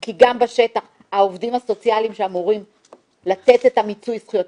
כי גם בשטח העובדים הסוציאליים שאמורים לתת את מיצוי הזכויות,